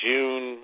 June